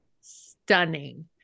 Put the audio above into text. stunning